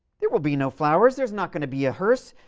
there will be no flowers. there's not going to be a hearse.